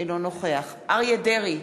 אינו נוכח אריה דרעי,